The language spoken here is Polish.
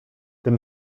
tym